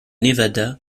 nevada